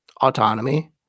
autonomy